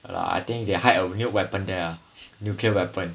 ya lah I think they hide a nuke weapon there ah nuclear weapon